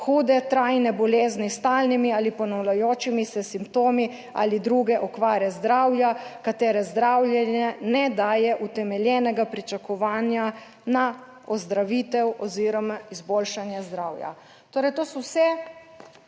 hude trajne bolezni s stalnimi ali ponavljajočimi se simptomi ali druge okvare zdravja, katere zdravljenje ne daje utemeljenega pričakovanja na ozdravitev oziroma izboljšanje zdravja. Torej, to so vse